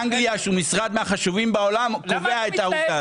טבק אלא משרד הבריאות באנגליה שהוא מהחשובים בעולם קובע את העובדה הזאת.